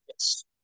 Yes